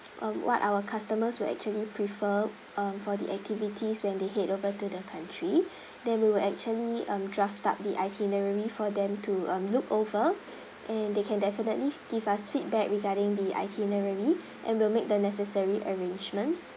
um what our customers will actually prefer uh for the activities when they head over to the country then we will actually um draft up the itinerary for them to um look over and they can definitely give us feedback regarding the itinerary and we'll make the necessary arrangements